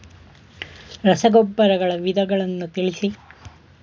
ರಸಗೊಬ್ಬರಗಳ ವಿಧಗಳನ್ನು ತಿಳಿಸಿ?